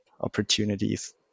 opportunities